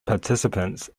participants